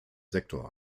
sektor